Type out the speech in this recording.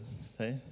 say